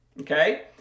Okay